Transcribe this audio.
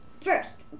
first